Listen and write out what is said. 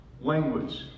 language